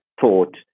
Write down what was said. thought